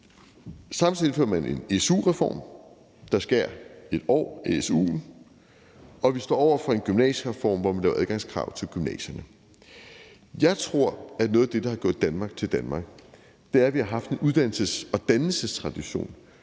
Samtidig indfører man en su-reform, der skærer 1 år af su'en, og vi står over for en gymnasiereform, hvor man laver adgangskrav til gymnasierne. Jeg tror, at noget af det, der har gjort Danmark til Danmark, er, at vi har haft en uddannelses- og dannelsestradition,